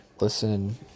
listen